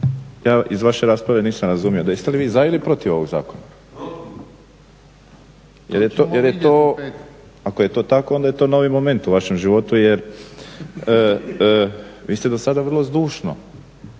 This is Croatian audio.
ja iz vaše rasprave nisam razumio da jeste li vi za ili protiv ovog zakona? … /Upadica Kajin: Protiv./ … Jer je to, ako je to tako onda je to novi moment u vašem životu jer vi ste do sada vrlo zdušno